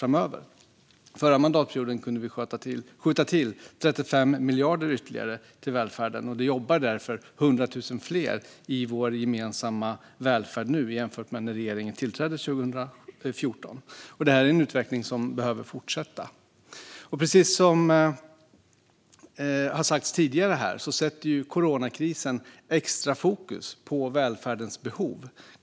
Under förra mandatperioden kunde vi skjuta till ytterligare 35 miljarder till välfärden, och därför jobbar 100 000 fler i vår gemensamma välfärd nu jämfört med när regeringen tillträdde 2014. Det är en utveckling som behöver fortsätta. Precis som sagts tidigare sätter coronakrisen extra fokus på välfärdens behov.